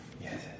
Yes